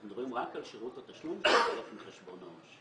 אנחנו מדברים רק על שירות התשלום שהוא חלק מחשבון העו"ש.